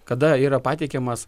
kada yra pateikiamas